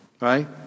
right